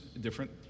different